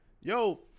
yo